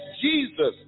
Jesus